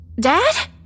Dad